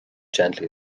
gently